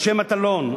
משה מטלון,